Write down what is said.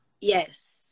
Yes